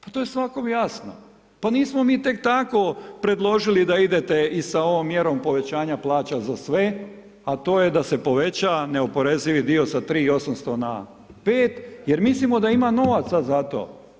Pa to je svakom jasno, pa nismo mi tek tako predložili da idete i sa ovom mjerom povećanja plaća za sve a to je da se poveća neoporezivi dio s 3800 na 5 jer mislimo da ima novaca za to.